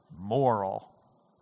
moral